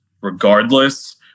regardless